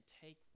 take